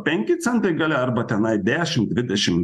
penki centai gale arba tenai dešim dvidešim